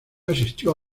asistió